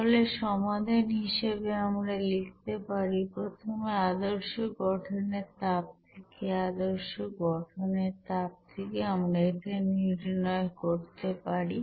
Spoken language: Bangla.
তাহলে সমাধান হিসেবে আমরা লিখতে পারি প্রথমে আদর্শ গঠন এর তাপ থেকে আদর্শ গঠন এর তাপ থেকে আমরা এটা নির্ণয় করতে পারি